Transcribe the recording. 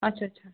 اچھا اچھا